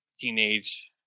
teenage